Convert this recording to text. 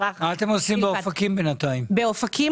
מה אתם עושים בינתיים באופקים?